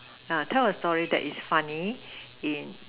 yeah tell a story that is funny in